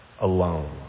alone